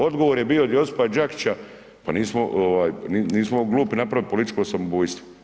Odgovor je bio od Josipa Đakića, pa nismo glupi napraviti politički samoubojstvo.